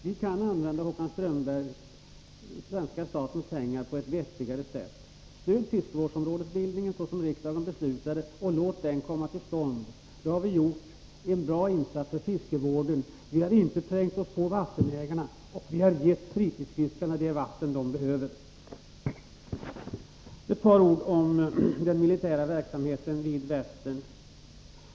Vi kan, Håkan Strömberg, använda svenska statens pengar på ett vettigare sätt. Stöd den fiskevårdsområdesbildning som riksdagen beslutat och låt denna komma till stånd. Då har vi gjort en bra insats för fiskevården. Vi har inte trängt oss på vattenägarna, och vi har gett fritidsfiskarna de vatten de behöver. Ett par ord om den militära verksamheten vid Vättern.